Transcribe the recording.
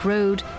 Road